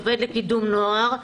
עובד לקידום נוער,